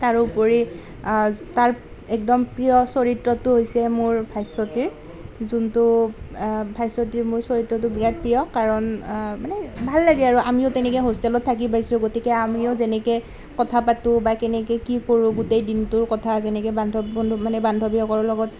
তাৰোপৰি তাৰ একদম প্ৰিয় চৰিত্ৰটো হৈছে মোৰ ভাস্বতীৰ যোনটো ভাস্বতীৰ মূল চৰিত্ৰটো বিৰাট প্ৰিয় কাৰণ মানে ভাল লাগে আৰু আমিও তেনেকৈ হোষ্টেলত থাকি পাইছোঁ গতিকে আমিও যেনেকৈ কথা পাতোঁ বা কেনেকৈ কি কৰোঁ গোটেই দিনটোৰ কথা যেনেকৈ বান্ধৱ মানে বন্ধু বান্ধৱীসকলৰ লগত